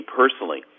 personally